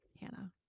Hannah